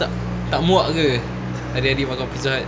tak tak muak ke hari-hari makan Pizza Hut